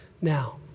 now